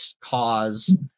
cause